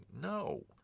No